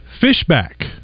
Fishback